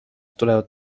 tulevad